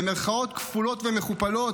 במירכאות כפולות ומכופלות,